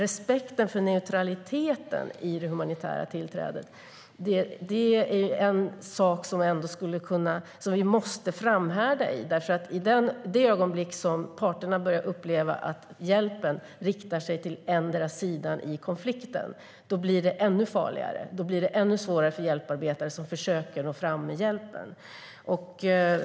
Respekten för neutraliteten i det humanitära tillträdet är en sak som vi måste framhärda i, för i det ögonblick som parterna börjar uppleva att hjälpen riktar sig till endera sidan i konflikten blir det ännu farligare. Då blir det ännu svårare för hjälparbetare som försöker nå fram med hjälpen.